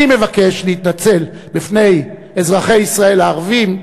אני מבקש להתנצל בפני אזרחי ישראל הערבים,